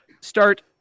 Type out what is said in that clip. start